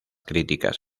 críticas